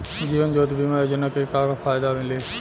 जीवन ज्योति बीमा योजना के का फायदा मिली?